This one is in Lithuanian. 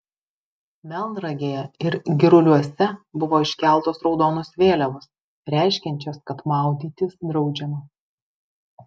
melnragėje ir giruliuose buvo iškeltos raudonos vėliavos reiškiančios kad maudytis draudžiama